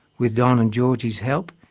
with don and georgie's help,